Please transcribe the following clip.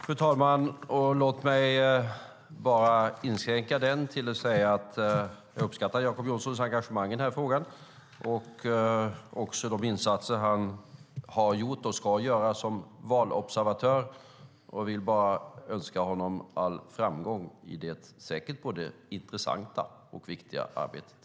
Fru talman! Låt mig inskränka mitt avslutningsanförande till att säga att jag uppskattar Jacob Johnsons engagemang i den här frågan och de insatser han har gjort och ska göra som valobservatör. Jag vill önska honom all framgång i det säkert både intressanta och viktiga arbetet.